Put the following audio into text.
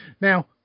Now